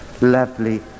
lovely